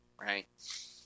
right